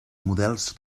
models